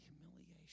Humiliation